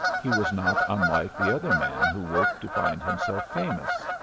he was not unlike the other man who woke to find himself famous.